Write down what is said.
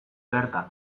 bertan